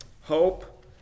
Hope